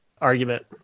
argument